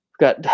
got